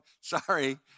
sorry